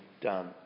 done